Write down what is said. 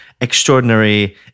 extraordinary